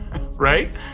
Right